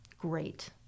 great